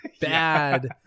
bad